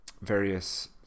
various